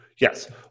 Yes